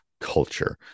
culture